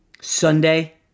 Sunday